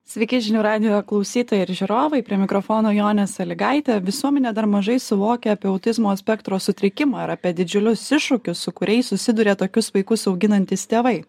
sveiki žinių radijo klausytojai ir žiūrovai prie mikrofono jonė sąlygaitė visuomenė dar mažai suvokia apie autizmo spektro sutrikimą ar apie didžiulius iššūkius su kuriais susiduria tokius vaikus auginantys tėvai